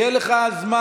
יהיה לך זמן,